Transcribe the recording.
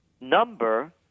number